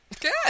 Good